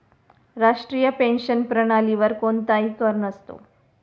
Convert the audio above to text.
राष्ट्रीय पेन्शन प्रणालीवर कोणताही कर नसतो